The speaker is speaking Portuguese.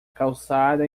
calçada